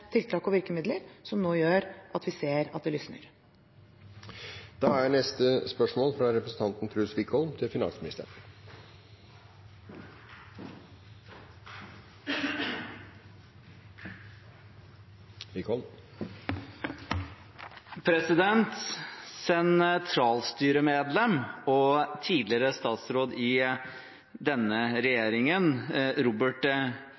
tiltak og virkemidler som nå gjør at vi ser at det lysner. «Sentralstyremedlem og tidligere statsråd i denne regjeringen, Robert Eriksson, skriver følgende i sin bok: ‘Også i